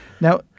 Now